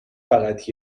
فقط